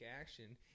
action